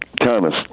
Thomas